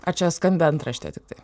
ar čia skambi antraštė tiktai